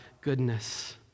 goodness